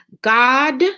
God